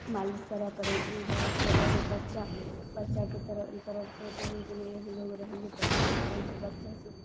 मालिश करए पड़ै ई दै छियै आओरो बच्चा बच्चाके तरफ तरफ से कोनो ने कोनो लोगके रहैये पड़ै पड़ै छै बच्चा